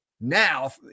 now